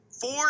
Four